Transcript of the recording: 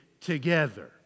together